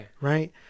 Right